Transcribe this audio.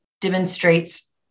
demonstrates